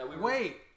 Wait